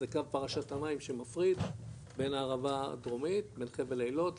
זה קו פרשת המים שמפריד בין הערבה הדרומית לחבל איילות,